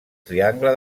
triangle